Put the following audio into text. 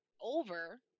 over